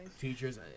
Teachers